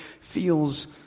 feels